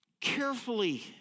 carefully